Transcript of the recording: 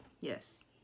Yes